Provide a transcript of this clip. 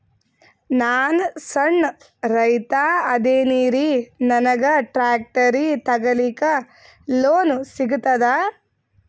ನಾನ್ ಸಣ್ ರೈತ ಅದೇನೀರಿ ನನಗ ಟ್ಟ್ರ್ಯಾಕ್ಟರಿ ತಗಲಿಕ ಲೋನ್ ಸಿಗತದ?